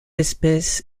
espèce